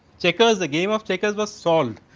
checkers the game of checkers was so